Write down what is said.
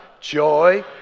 joy